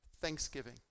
thanksgiving